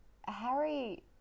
Harry